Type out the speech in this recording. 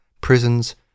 prisons